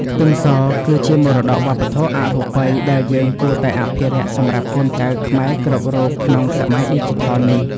ខ្ទឹមសគឺជាមរតកវប្បធម៌អរូបិយដែលយើងគួរតែអភិរក្សសម្រាប់កូនចៅខ្មែរគ្រប់រូបក្នុងសម័យឌីជីថលនេះ។